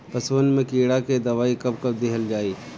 पशुअन मैं कीड़ा के दवाई कब कब दिहल जाई?